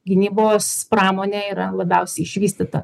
gynybos pramonė yra labiausiai išvystyta